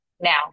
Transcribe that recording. now